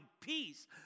peace